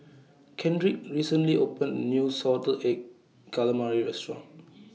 Kendrick recently opened A New Salted Egg Calamari Restaurant